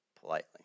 politely